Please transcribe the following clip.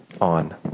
on